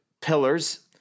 Pillars